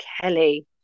Kelly